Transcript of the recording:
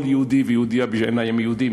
כל יהודי ויהודייה הם בעיני יהודים,